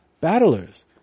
battlers